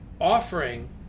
offering